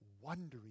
wondering